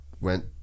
went